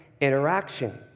interaction